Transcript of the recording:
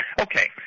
Okay